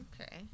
Okay